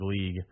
league